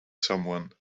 someone